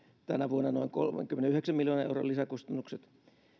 tänä vuonna noin kolmenkymmenenyhdeksän miljoonan euron lisäkustannukset